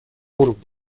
уровне